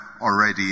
already